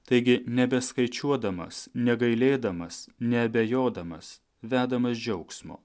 taigi nebeskaičiuodamas negailėdamas neabejodamas vedamas džiaugsmo